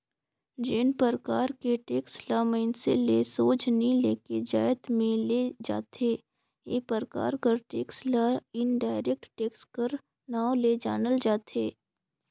जेन परकार के टेक्स ल मइनसे ले सोझ नी लेके जाएत में ले जाथे ए परकार कर टेक्स ल इनडायरेक्ट टेक्स कर नांव ले जानल जाथे